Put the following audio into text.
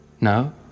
No